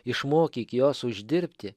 išmokyk juos uždirbti